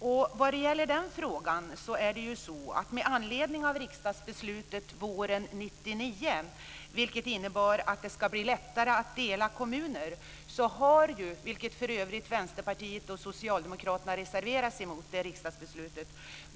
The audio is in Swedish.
Ett riksdagsbeslut från våren 1999 innebär att det ska bli lättare att dela kommuner; för övrigt reserverade sig Vänsterpartiet och Socialdemokraterna mot det riksdagsbeslutet.